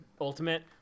Ultimate